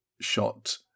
shot